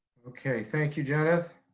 okay. thank you jenith.